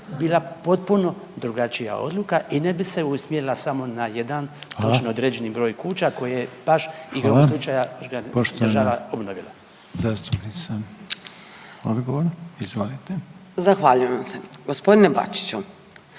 bila potpuno drugačija odluka i ne bi se usmjerila samo na jedan točno određeni broj kuća koje baš igrom slučaja …/Govornik se ne razumije/…država